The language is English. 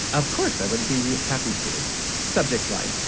of course. i would be happy to subject line.